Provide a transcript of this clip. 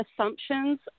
assumptions